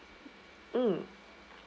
mm